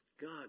God